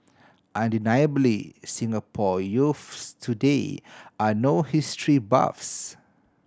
undeniably Singapore youths today are no history buffs